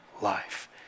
life